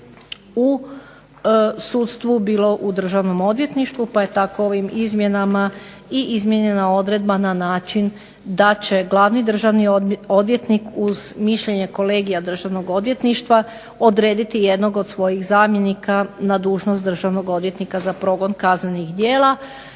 u sudstvu, bilo u državnom odvjetništvu tako je ovim izmjenama odredba na način da će glavni državni odvjetnik uz mišljenje kolegija Državnog odvjetništva odrediti jednog od svojih zamjenika na dužnost državnog odvjetnika za progon kaznenih djela.